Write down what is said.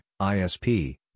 ISP